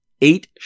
Eight